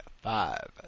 five